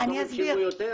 פתאום הם שילמו יותר,